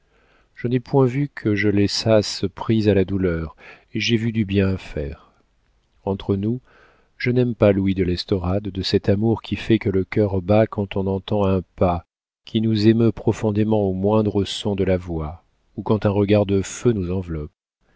je n'ai point vu que je laissasse prise à la douleur et j'ai vu du bien à faire entre nous je n'aime pas louis de l'estorade de cet amour qui fait que le cœur bat quand on entend un pas qui nous émeut profondément aux moindres sons de la voix ou quand un regard de feu nous enveloppe